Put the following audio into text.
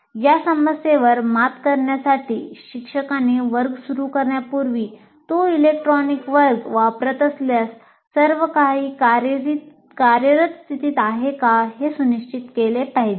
या समस्येवर मात करण्यासाठी शिक्षकांनी वर्ग सुरू करण्यापूर्वी तो इलेक्ट्रॉनिक वर्ग वापरत असल्यास सर्व काही कार्यरत स्थितीत आहे का हे सुनिश्चित केले पाहिजे